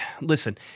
listen